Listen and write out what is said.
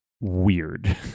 weird